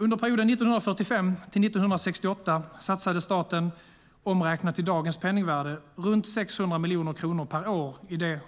Under perioden 1945-1968 satsade staten omräknat till dagens penningvärde runt 600 miljoner kronor per år i det